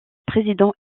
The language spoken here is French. président